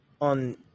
on